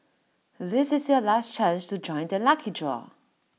this is your last chance to join the lucky draw